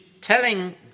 telling